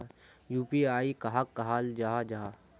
UPI कहाक कहाल जाहा जाहा?